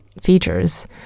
features